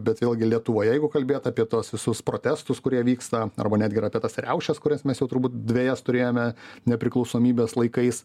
bet vėlgi lietuvoje jeigu kalbėt apie tuos visus protestus kurie vyksta arba netgi ir apie tas riaušes kurias mes jau turbūt dvejas turėjome nepriklausomybės laikais